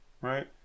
Right